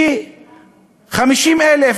כי 50,000,